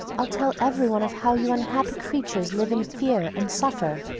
i'll tell everyone of how you unhappy creatures live in fear, and suffer,